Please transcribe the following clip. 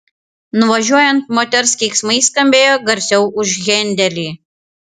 nuvažiuojant moters keiksmai skambėjo garsiau už hendelį